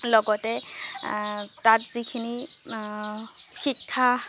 লগতে তাত যিখিনি শিক্ষা